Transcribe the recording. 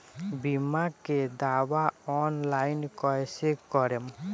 बीमा के दावा ऑनलाइन कैसे करेम?